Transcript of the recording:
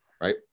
right